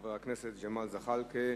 חבר הכנסת ג'מאל זחאלקה,